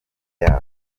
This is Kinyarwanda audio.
yabo